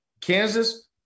Kansas